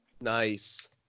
Nice